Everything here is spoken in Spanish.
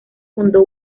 fundó